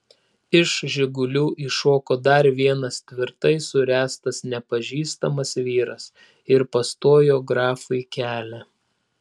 iš žigulių iššoko dar vienas tvirtai suręstas nepažįstamas vyras ir pastojo grafui kelią